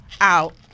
out